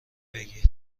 بگیر